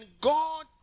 God